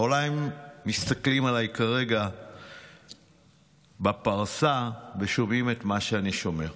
אולי הם מסתכלים עליי כרגע בפרסה ושומעים את מה שאני שומע.